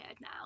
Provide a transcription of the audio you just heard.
now